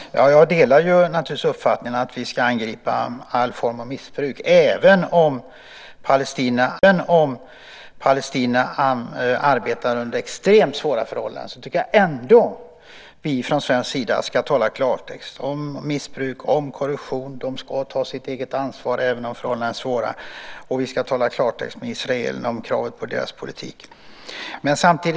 Herr talman! Jag delar naturligtvis uppfattningen att vi ska angripa all form av missbruk. Även om palestinierna arbetar under extremt svåra förhållanden tycker jag att vi från svensk sida ska tala klartext om missbruk och om korruption. De ska ta sitt eget ansvar även om förhållandena är svåra. Och vi ska tala klartext med israelerna om kravet på deras politik.